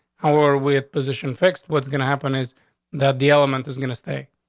how are we have positioned fixed? what's gonna happen is that the element is going to stay.